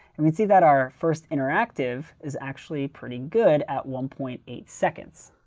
and we see that our first interactive is actually pretty good at one point eight seconds.